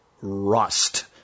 rust